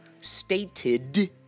stated